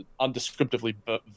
undescriptively